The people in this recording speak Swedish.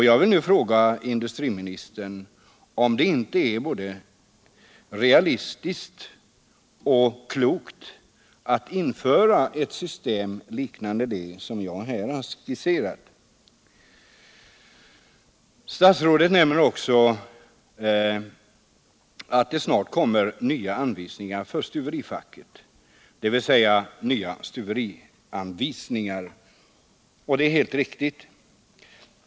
Jag vill nu fråga industriministern om det inte är både realistiskt och klokt att införa ett system liknande det jag här har skisserat. Statsrådet nämner också att det snart kommer nya anvisningar för stuverifacket, dvs. nya stuverianvisningar, och det är riktigt.